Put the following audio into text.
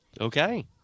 Okay